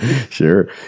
Sure